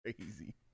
Crazy